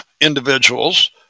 individuals